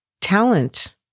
talent